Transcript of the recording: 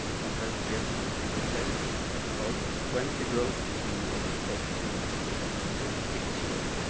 compressed air and rotate about twenty grooves in the detection picture.